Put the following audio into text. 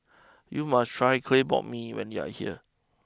you must try Clay Pot Mee when you are here